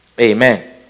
Amen